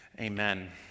amen